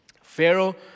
Pharaoh